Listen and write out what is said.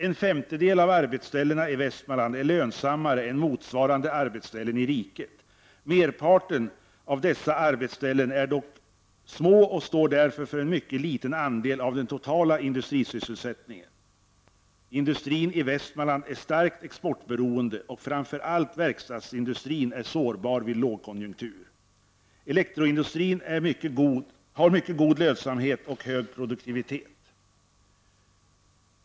En femtedel av arbetsställena i Västmanland är lönsammare än motsvarande arbetsställen i riket. Merparten av dessa arbetsställen är dock små och står därför för en mycket liten andel av den totala industrisysselsättningen. Industrin i Västmanland är starkt exportberoende och framför allt verkstadsindustrin är sårbar vid långkonjunktur. Elektroindustrin har en mycket god lönsamhet och hög produktivitet.